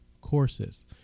courses